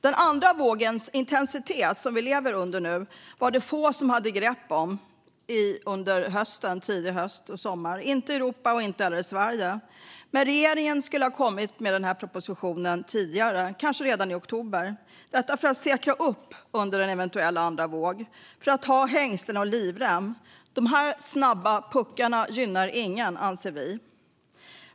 Den andra vågens intensitet, som vi nu lever under, var det få som hade grepp om under sommaren och den tidiga hösten. Det hade man inte i Europa och inte heller i Sverige. Men regeringen skulle ha kommit med denna proposition tidigare, kanske redan i oktober, för att säkra upp under en eventuell andra våg och för att ha hängslen och livrem. De snabba puckarna gynnar ingen, anser vi.